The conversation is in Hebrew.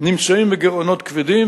נמצאים בגירעונות כבדים,